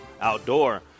outdoor